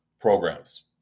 programs